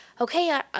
okay